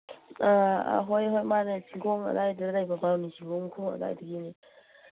ꯑꯥ ꯍꯣꯏ ꯍꯣꯏ ꯃꯥꯅꯦ ꯆꯤꯡꯈꯣꯡ ꯑꯗꯥꯏꯗꯨꯗ ꯂꯩꯕ ꯕꯥꯔꯨꯅꯤ ꯆꯤꯡꯈꯣꯡ ꯑꯗꯥꯏꯗꯒꯤꯅꯤ